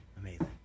Amazing